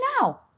now